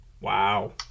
Wow